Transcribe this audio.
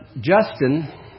Justin